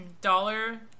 Dollar